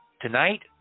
Tonight